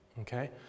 okay